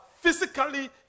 physically